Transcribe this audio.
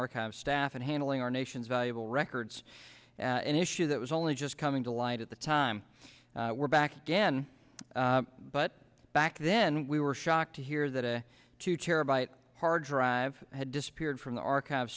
archives staff and handling our nation's valuable records an issue that was only just coming to light at the time we're back again but back then we were shocked to hear that a two terabyte hard drive had disappeared from the archive